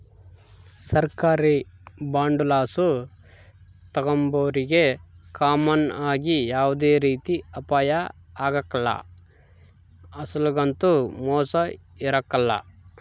ಸರ್ಕಾರಿ ಬಾಂಡುಲಾಸು ತಾಂಬೋರಿಗೆ ಕಾಮನ್ ಆಗಿ ಯಾವ್ದೇ ರೀತಿ ಅಪಾಯ ಆಗ್ಕಲ್ಲ, ಅಸಲೊಗಂತೂ ಮೋಸ ಇರಕಲ್ಲ